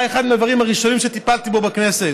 אחד הדברים הראשונים שטיפלתי בהם בכנסת,